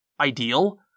ideal